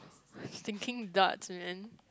thinking darts man